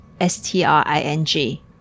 S-T-R-I-N-G